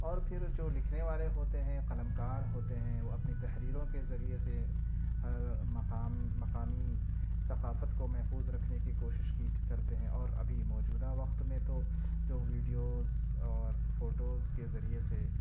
اور پھر جو لکھنے والے ہوتے ہیں قلم کار ہوتے ہیں وہ اپنی تحریروں کے ذریعے سے مقام مقامی ثقافت کو محفوظ رکھنے کی کوشش کیت کرتے ہیں اور ابھی موجودہ وقت میں تو جو ویڈیوز اور فوٹوز کے ذریعے سے